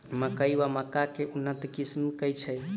मकई वा मक्का केँ उन्नत किसिम केँ छैय?